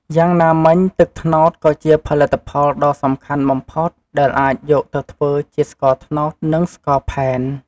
យ៉ាងណាមិញ ទឹកត្នោតក៏ជាផលិតផលដ៏សំខាន់បំផុតដែលអាចយកទៅធ្វើជាស្ករត្នោត និងស្ករផែន។